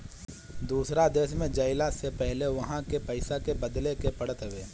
दूसरा देश में जइला से पहिले उहा के पईसा के बदले के पड़त हवे